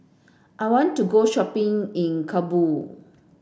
I want to go shopping in Kabul